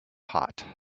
hot